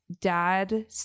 dad